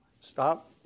Stop